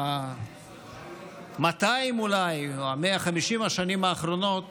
200 אולי או 150 השנים האחרונות